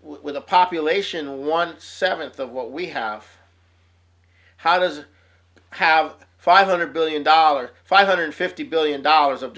with a population of one seventh of what we have how does it have five hundred billion dollars five hundred fifty billion dollars of